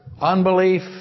Unbelief